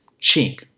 Chink